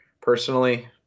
personally